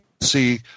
see